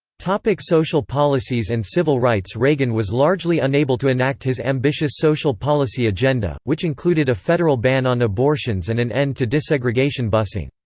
like social policies and civil rights reagan was largely unable to enact his ambitious social policy agenda, which included a federal ban on abortions and an end to desegregation busing.